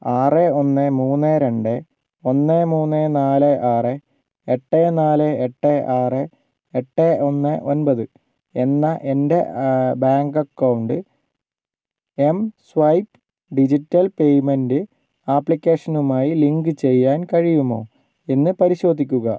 ആറ് ഒന്ന് മൂന്ന് രണ്ട് ഒന്ന് മൂന്ന് നാല് ആറ് എട്ട് നാല് എട്ട് ആറ് എട്ട് ഒന്ന് ഒൻപത് എന്ന എന്റെ bank account M swipe digital payment ആപ്ലിക്കേഷനുമായി ലിങ്ക് ചെയ്യാൻ കഴിയുമോ എന്ന് പരിശോധിക്കുക